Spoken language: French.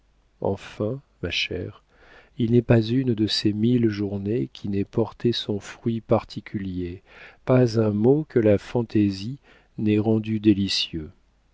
enfin ma chère il n'est pas une de ces mille journées qui n'ait porté son fruit particulier pas un moment que la fantaisie n'ait rendu